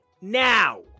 now